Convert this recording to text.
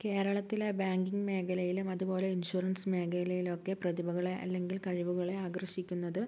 കേരളത്തിലെ ബാങ്കിങ് മേഖലയിലും അതുപോലെ ഇൻഷുറൻസ് മേഖലയിലൊക്കെ പ്രതിഭകളെ അല്ലെങ്കിൽ കഴിവുകളെ ആകർഷിക്കുന്നത്